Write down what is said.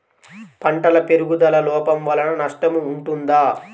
పంటల పెరుగుదల లోపం వలన నష్టము ఉంటుందా?